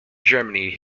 germany